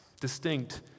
distinct